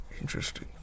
Interesting